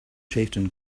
chieftain